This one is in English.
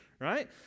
right